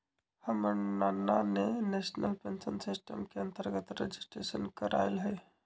हमर नना ने नेशनल पेंशन सिस्टम के अंतर्गत रजिस्ट्रेशन करायल हइ